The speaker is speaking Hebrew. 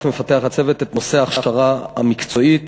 מפתח הצוות את נושא ההכשרה המקצועית